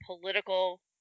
political